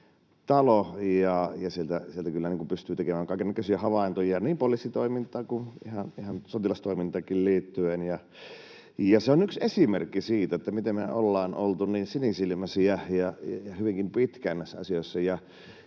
Sieltä kyllä pystyy tekemään kaikennäköisiä havaintoja niin poliisin toimintaan kuin ihan sotilastoimintaankin liittyen. Se on yksi esimerkki siitä, miten me ollaan oltu niin sinisilmäisiä hyvinkin pitkään näissä asioissa